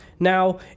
now